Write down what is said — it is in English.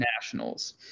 nationals